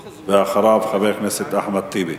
ואחריו, חבר הכנסת אחמד טיבי.